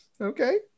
Okay